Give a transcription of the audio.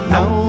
Now